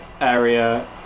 area